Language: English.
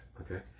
okay